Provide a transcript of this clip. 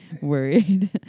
worried